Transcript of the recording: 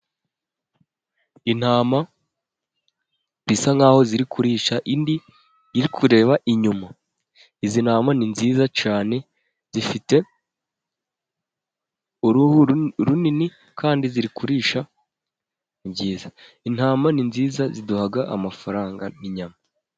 Intama bisa nkaho ziri kurisha indi iri kureba inyuma, izi ntama ni nziza cyane zifite uruhu runini kandi ziri kurisha , intama ni nziza ziduha amafaranga n'inyama.